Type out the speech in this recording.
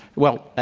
well,